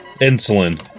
Insulin